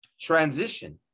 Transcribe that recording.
transition